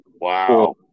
Wow